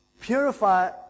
purify